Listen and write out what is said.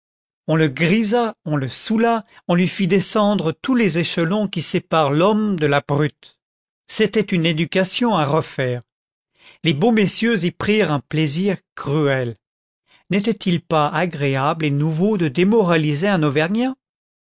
on le grisa on le soûla on lui fit descendre tous les échelons qui séparent l'homme de la brute c'était une éducation à refaire les beaux messieurs y prirent un plaisir cruel n'était-il pas content from google book search generated at agréable et nouveau de démoraliser un